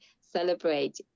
celebrate